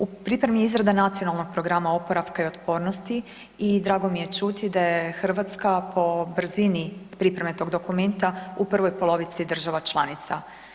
U pripremi je izrada Nacionalnog programa oporavka i otpornosti i drago mi je čuti da je Hrvatska po brzini pripreme tog dokumenta u prvoj polovici država članica.